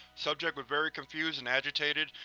subject was very confused and agitated.